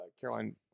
Caroline